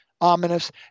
ominous